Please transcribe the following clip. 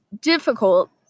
difficult